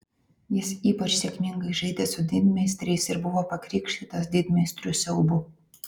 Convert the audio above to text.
jis ypač sėkmingai žaidė su didmeistriais ir buvo pakrikštytas didmeistrių siaubu